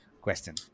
question